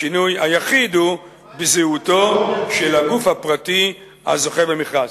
השינוי היחיד הוא בזהותו של הגוף הפרטי הזוכה במכרז.